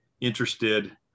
interested